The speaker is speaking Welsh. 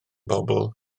bobl